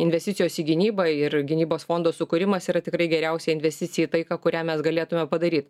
investicijos į gynybą ir gynybos fondo sukūrimas yra tikrai geriausia investicija į taiką kurią mes galėtume padaryt